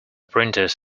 printers